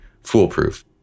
foolproof